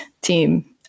team